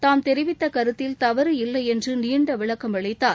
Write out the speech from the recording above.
தாம் தெரிவித்த கருத்தில் தவறு இல்லை என்று நீண்ட விளக்கம் அளித்தார்